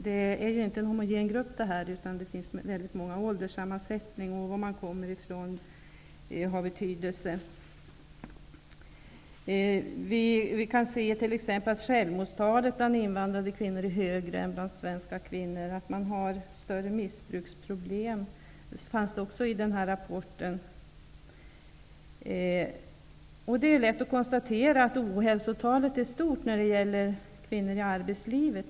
Denna grupp är inte homogen, utan den består av människor i många olika åldrar och med olika ursprung, vilket har betydelse. Man kan t.ex. se att självmordstalet bland invandrade kvinnor är högre än bland svenska kvinnor. Rapporten visar också att missbruksproblemen bland invandrarkvinnor är större. Det är lätt att konstatera att ohälsotalet är stort när det gäller kvinnor i arbetslivet.